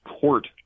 Court